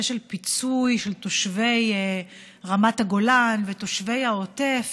של פיצוי לתושבי רמת הגולן ותושבי העוטף